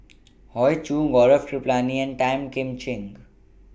Hoey Choo Gaurav Kripalani Tan Kim Ching